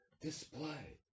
display